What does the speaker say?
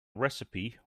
recipe